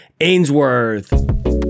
Ainsworth